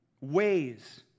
ways